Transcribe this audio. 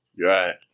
Right